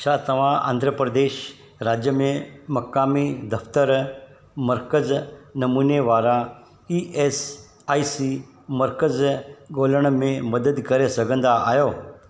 छा तव्हां आंध्रप्रदेश राज्य में मक़ामी दफ़्तरु मर्कज़ु नमूने वारा ई एस आई सी मर्कज़ु ॻोल्हण में मदद करे सघंदा आहियो